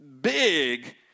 big